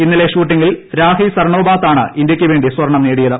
ഇന്നലെ ഷൂട്ടിംഗിൽ രാഹി സർണോബാത്താണ് ഇന്തൃയ്ക്കുവേണ്ടി സ്വർണം നേടിയത്